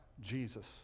Jesus